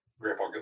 grandpa